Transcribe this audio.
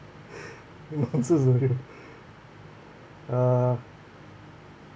you nonsense lah you uh